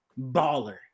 baller